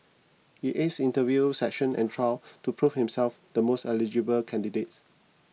he ace interview sessions and trials to prove himself the most eligible candidates